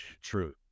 true